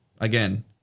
again